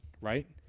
right